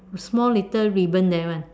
small little ribbon there [one]